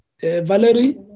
Valerie